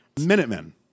minutemen